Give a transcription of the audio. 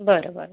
बरं बरं